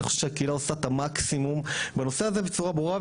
אני חושב שהקהילה עושה את המקסימום בנושא הזה בצורה ברורה,